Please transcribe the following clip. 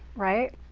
right?